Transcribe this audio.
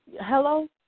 Hello